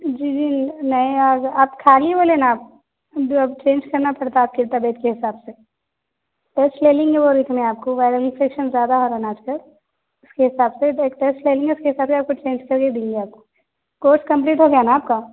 جی جی میں آج آپ خالی ہولے نا آپ چینج کرنا پڑتا ہے آپ کے طبیعت کے حساب سے او سوئلنگ ہو رہی تھی نا آپ کو وائرل انفیکشن زیادہ ہو رہا ہے نا آج کل اس کے حساب سے بلڈ ٹیسٹ لینی ہے پھر اس سے زیادہ کچھ نہیں چاہیے آپ کو کورس کمپلیٹ ہو گیا ہے نا آپ کا